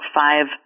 five